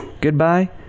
Goodbye